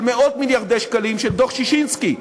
מאות-מיליארדי שקלים של דוח ששינסקי.